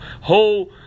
whole